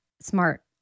smart